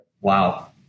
Wow